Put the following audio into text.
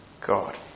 God